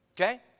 okay